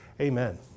Amen